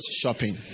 shopping